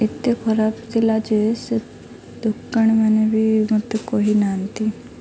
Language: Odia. ଏତେ ଖରାପ ଥିଲା ଯେ ସେ ଦୋକାନୀ ମାନେ ବି ମୋତେ କହିନାହାନ୍ତି